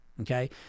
Okay